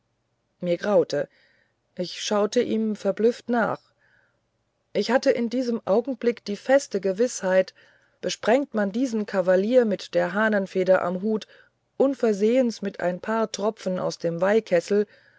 mir graute ich schaute ihm verblüfft nach ich hatte in diesem augenblick die feste gewißheit besprengt man diesen kavalier mit der hahnenfeder am hut unversehens mit ein paar tropfen aus dem